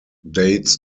dates